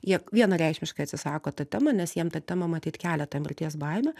jie vienareikšmiškai atsisako ta tema nes jiem ta tema matyt kelia tą mirties baimę